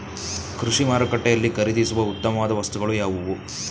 ಕೃಷಿ ಮಾರುಕಟ್ಟೆಯಲ್ಲಿ ಖರೀದಿಸುವ ಉತ್ತಮವಾದ ವಸ್ತುಗಳು ಯಾವುವು?